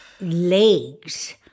legs